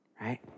right